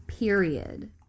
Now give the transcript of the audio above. period